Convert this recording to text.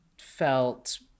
felt